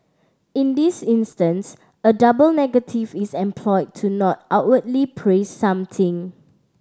in this instance a double negative is employed to not outwardly praise something